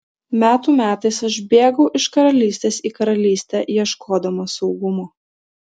metų metais aš bėgau iš karalystės į karalystę ieškodamas saugumo